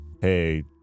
hey